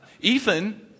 Ethan